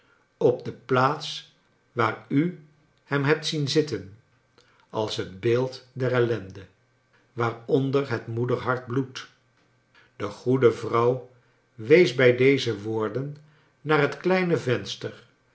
op de plaats waar u hem hebt zien zitten als het beeld der ellende waaronder het moederhart bloedt de goede vrouw wees bij deze woorden naar het kleine venster